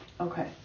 Okay